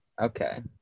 okay